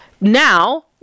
now